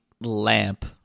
lamp